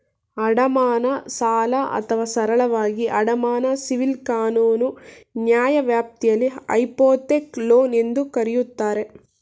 ಅಡಮಾನ ಸಾಲ ಅಥವಾ ಸರಳವಾಗಿ ಅಡಮಾನ ಸಿವಿಲ್ ಕಾನೂನು ನ್ಯಾಯವ್ಯಾಪ್ತಿಯಲ್ಲಿ ಹೈಪೋಥೆಕ್ ಲೋನ್ ಎಂದೂ ಕರೆಯುತ್ತಾರೆ